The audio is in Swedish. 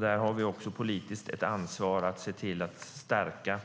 Där finns politiskt ett ansvar att se till att stärka